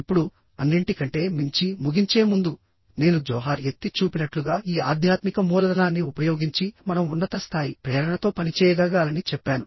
ఇప్పుడు అన్నింటికంటే మించి ముగించే ముందు నేను జోహార్ ఎత్తి చూపినట్లుగా ఈ ఆధ్యాత్మిక మూలధనాన్ని ఉపయోగించి మనం ఉన్నత స్థాయి ప్రేరణతో పనిచేయగలగాలని చెప్పాను